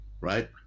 Right